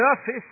surface